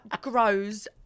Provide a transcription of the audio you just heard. grows